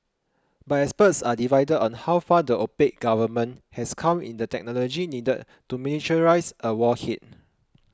but experts are divided on how far the opaque government has come in the technology needed to miniaturise a warhead